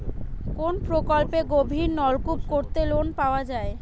কোন প্রকল্পে গভির নলকুপ করতে লোন পাওয়া য়ায়?